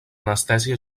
anestèsia